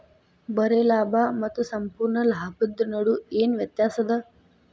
ಬರೆ ಲಾಭಾ ಮತ್ತ ಸಂಪೂರ್ಣ ಲಾಭದ್ ನಡು ಏನ್ ವ್ಯತ್ಯಾಸದ?